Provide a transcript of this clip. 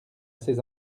ces